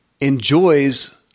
enjoys